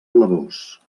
blavós